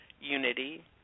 unity